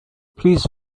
please